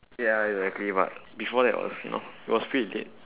ya exactly but before that was you know it was pretty okay